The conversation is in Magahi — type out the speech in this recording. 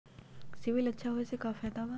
सिबिल अच्छा होऐ से का फायदा बा?